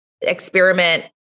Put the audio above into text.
experiment